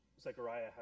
Zechariah